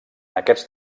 aquests